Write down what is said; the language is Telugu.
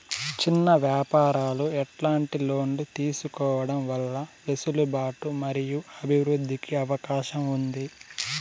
చిన్న వ్యాపారాలు ఎట్లాంటి లోన్లు తీసుకోవడం వల్ల వెసులుబాటు మరియు అభివృద్ధి కి అవకాశం ఉంది?